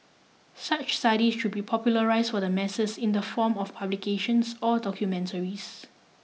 such studies should be popularised for the masses in the form of publications or documentaries